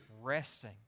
resting